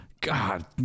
god